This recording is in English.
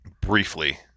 briefly